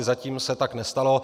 Zatím se tak nestalo.